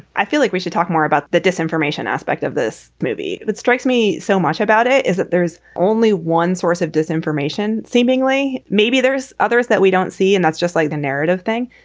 i feel like we should talk more about the disinformation aspect of this movie. it strikes me so much about it is that there's only one source of disinformation seemingly maybe there's others that we don't see. and that's just like the narrative thing.